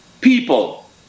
people